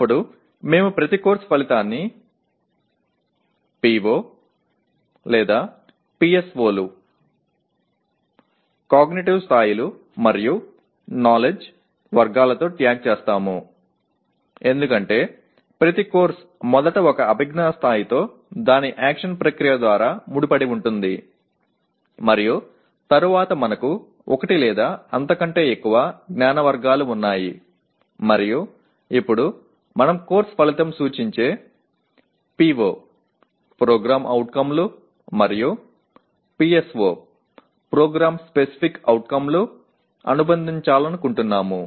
అప్పుడు మేము ప్రతి కోర్సు ఫలితాన్ని POలు లేదా PSOలు కాగ్నిటివ్ స్థాయిలు మరియు నాలెడ్జి వర్గాలతో ట్యాగ్ చేస్తాము ఎందుకంటే ప్రతి కోర్సు మొదట ఒక అభిజ్ఞా స్థాయితో దాని యాక్షన్ క్రియ ద్వారా ముడిపడి ఉంటుంది మరియు తరువాత మనకు ఒకటి లేదా అంతకంటే ఎక్కువ జ్ఞాన వర్గాలు ఉన్నాయి మరియు ఇప్పుడు మనం కోర్సు ఫలితం సూచించే PO లు మరియు PSO లు అనుబంధించాలనుకుంటున్నాము